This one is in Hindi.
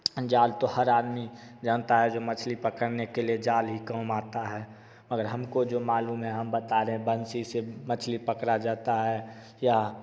जाल तो हर आदमी जानता है जो मछली पकड़ने के लिए जाल ही काम आता है मगर हमको जो मालूम है हम बता रहे हैं बंसी से मछली पकड़ा जाता है या